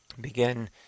begin